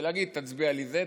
ולהגיד: תצביע לי זה,